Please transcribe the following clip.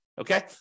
okay